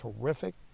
terrific